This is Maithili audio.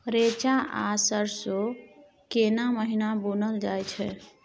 रेचा, गोट आ सरसो केना महिना बुनल जाय छै?